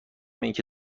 اینکه